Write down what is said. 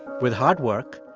with hard work,